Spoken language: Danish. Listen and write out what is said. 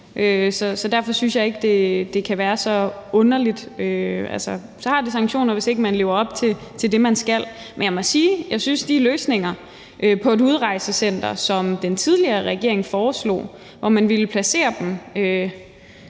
Så derfor synes jeg ikke, det kan være så underligt. Altså, der er sanktioner, hvis man ikke lever op til det, man skal. Men jeg må sige, at jeg synes, at hvad angår de løsninger for et udrejsecenter, som den tidligere regering foreslog, hvor man ville placere dem